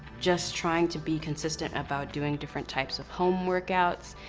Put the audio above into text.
just trying to be consistent about doing different types of home workouts,